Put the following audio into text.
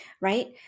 right